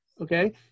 Okay